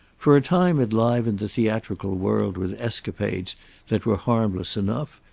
for a time it livened the theatrical world with escapades that were harmless enough,